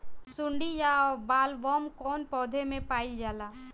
सुंडी या बॉलवर्म कौन पौधा में पाइल जाला?